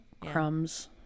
Crumbs